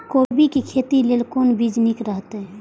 कोबी के खेती लेल कोन बीज निक रहैत?